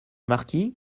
marquis